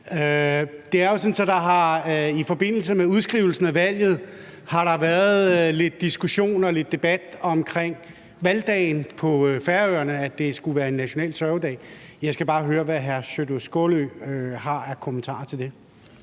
i forbindelse med udskrivelsen af valget har været lidt diskussion og lidt debat om, at valgdatoen på Færøerne skulle være en national sørgedag. Jeg skal bare høre, hvad hr. Sjúrður Skaale har af kommentarer til det.